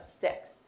six